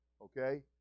Okay